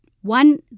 one